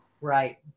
Right